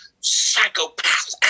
psychopath